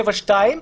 סעיף 7(2),